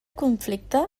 conflicte